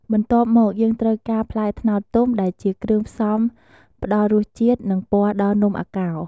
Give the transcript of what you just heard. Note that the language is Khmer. បន្ទាប់មក យើងត្រូវការ ផ្លែត្នោតទុំ ដែលជាគ្រឿងផ្សំផ្ដល់រសជាតិ និងពណ៌ដល់នំអាកោរ។